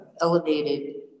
elevated